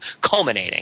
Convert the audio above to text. culminating